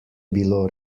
bilo